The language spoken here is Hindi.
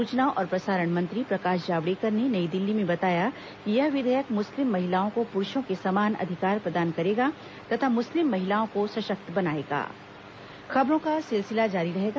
सूचना और प्रसारण मंत्री प्रकाश जावड़ेकर ने नई दिल्ली में बताया कि यह विधेयक मुस्लिम महिलाओं को पुरूषों के समान अधिकार प्रदान करेगा तथा मुस्लिम महिलाओं को सशक्त बनाएगा